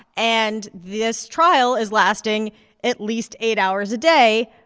and this trial is lasting at least eight hours a day,